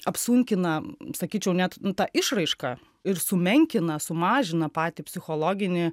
apsunkina sakyčiau net tą išraišką ir sumenkina sumažina patį psichologinį